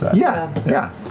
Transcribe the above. yeah, yeah.